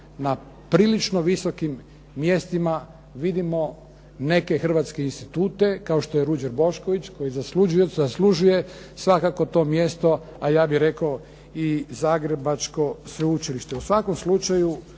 na prilično visokim mjestima vidimo neke hrvatske institute kao što je Ruđer Bošković koji zaslužuje svakako to mjesto, a ja bih rekao i Zagrebačko sveučilište.